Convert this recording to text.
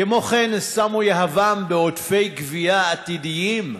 כמו כן, הם שמו יהבם על עודפי גבייה עתידיים.